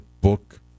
book